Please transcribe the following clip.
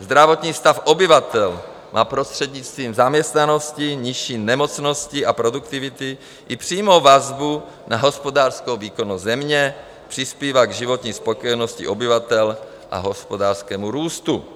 Zdravotní stav obyvatel má prostřednictvím zaměstnanosti, nižší nemocnosti a produktivity i přímou vazbu na hospodářskou výkonnost země, přispívá k životní spokojenosti obyvatel a hospodářskému růstu.